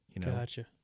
Gotcha